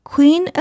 Queen